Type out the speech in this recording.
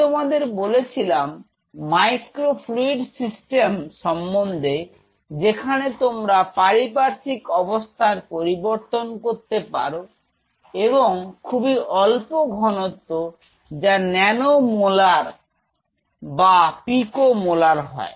আমি তোমাদের বলেছিলাম মাইক্রো ফ্লুইড সিস্টেম সম্বন্ধে যেখানে তোমরা পারিপার্শ্বিক অবস্থার পরিবর্তন করতে পারো এবং খুবই অল্প ঘনত্ব যা ন্যানো মোলার বা পিকো মোলার হয়